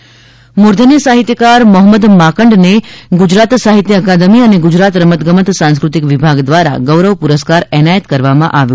મોહ્મ્મદ માંકડ મૂર્ધન્ય સાહિત્યકાર મોહમ્મદ માંકડને ગુજરાત સાહિત્ય અકાદમી અને ગુજરાત રમતગમત સાંસ્કૃતિક વિભાગ દ્વારા ગૌરવ પુરસ્કાર એનાયત કરવામાં આવ્યો